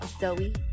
Zoe